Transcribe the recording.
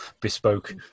bespoke